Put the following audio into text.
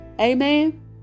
Amen